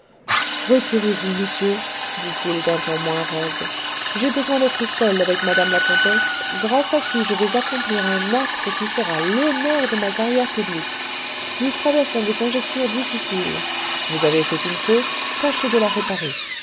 retirez-vous monsieur dit-il d'un ton moins rogue j'ai besoin d'être seul avec madame la comtesse grâce à qui je vais accomplir un acte qui sera l'honneur de ma carrière publique nous traversons des conjonctures difficiles vous avez fait une faute tâchez de la réparer